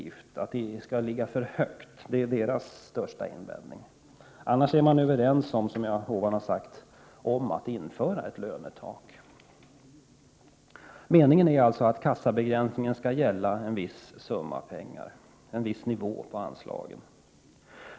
Man är rädd för att det skall ligga för högt. Det är de borgerligas huvudinvändning mot förslaget. I övrigt är man överens — som jag tidigare har sagt — om införandet av ett lönetak. Meningen är alltså att kassabegränsningen skall gälla en viss summa pengar-— en viss nivå beträffande anslagen.